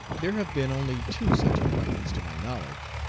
there have been only two such appointments to my knowledge,